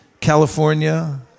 California